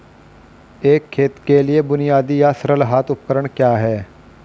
एक खेत के लिए बुनियादी या सरल हाथ उपकरण क्या हैं?